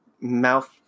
mouth